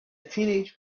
teenage